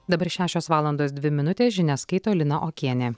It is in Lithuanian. dabar šešios valandos dvi minutės žinias skaito lina okienė